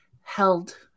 held